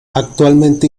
actualmente